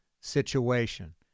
situation